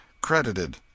credited